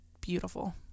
beautiful